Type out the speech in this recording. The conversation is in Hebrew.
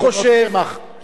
חבר הכנסת הורוביץ,